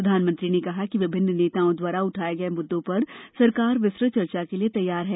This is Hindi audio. प्रधानमंत्री ने कहा कि विभिन्न नेताओं द्वारा उठाए गए मुद्दों पर सरकार विस्तृत चर्चा के लिए तैयार है